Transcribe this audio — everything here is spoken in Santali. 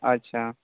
ᱟᱪᱪᱷᱟ